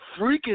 freaking